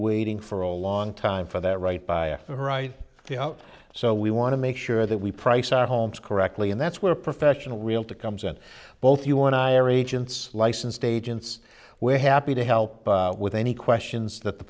waiting for a long time for that right by the right the out so we want to make sure that we price our homes correctly and that's where professional real to comes in both you and i are agents licensed agents we're happy to help with any questions that the